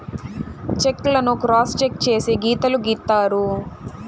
check లను cross cheque చేసి గీతలు గీత్తారు